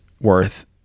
worth